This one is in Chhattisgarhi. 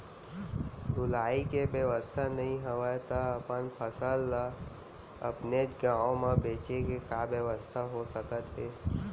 ढुलाई के बेवस्था नई हवय ता अपन फसल ला अपनेच गांव मा बेचे के का बेवस्था हो सकत हे?